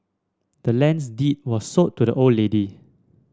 the land's deed was sold to the old lady